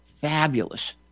fabulous